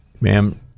ma'am